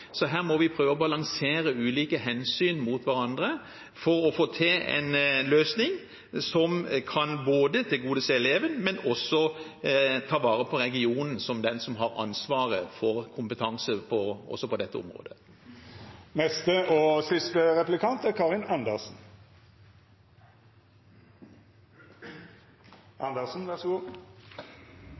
Så her må vi prøve å balansere ulike hensyn mot hverandre for å få til en løsning som kan tilgodese både eleven og også ta vare på regionen – som har ansvaret for kompetanse på dette området. Det som Kristelig Folkeparti nå ser ut til å gå inn for, er